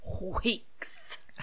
weeks